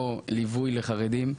או ליווי לחרדים,